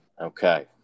Okay